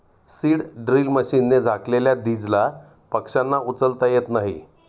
seed drill मशीनने झाकलेल्या दीजला पक्ष्यांना उचलता येत नाही